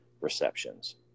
receptions